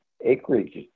acreage